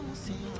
xie.